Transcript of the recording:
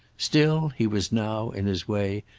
still, he was now, in his way,